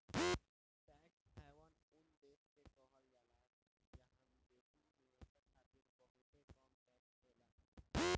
tax haven उ देश के कहाला जहां विदेशी निवेशक खातिर बहुते कम टैक्स होला